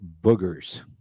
boogers